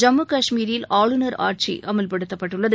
ஜம்முகஷ்மீரில் ஆளுநர் ஆட்சி அமல்படுத்தப்பட்டுள்ளது